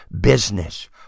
business